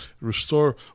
restore